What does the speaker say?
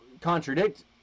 contradict